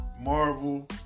Marvel